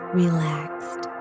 relaxed